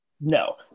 No